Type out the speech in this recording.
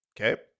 Okay